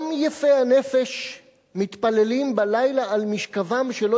גם יפי הנפש מתפללים בלילה על משכבם שלא